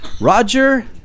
Roger